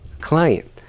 client